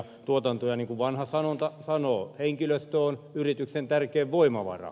niin kuin vanha sanonta sanoo henkilöstö on yrityksen tärkein voimavara